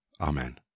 Amen